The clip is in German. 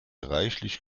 reichlich